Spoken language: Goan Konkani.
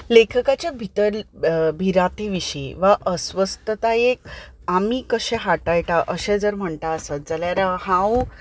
लेखकाचे भितर भिरांते विशीं वा अस्वस्थतायेक आमी कशे हाताळटा अशें जर म्हणटा आसात जाल्यार हांव